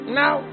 now